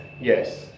Yes